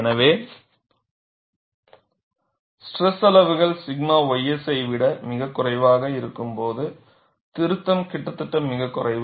எனவே ஸ்ட்ரெஸ் அளவுகள் 𝛔 ys ஐ விட மிகக் குறைவாக இருக்கும்போது திருத்தம் கிட்டத்தட்ட மிகக் குறைவு